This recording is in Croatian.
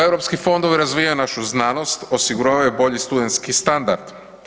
Europski fondovi razvijaju našu znanost, osiguravaju bolji studentski standard.